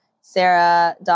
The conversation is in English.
Sarah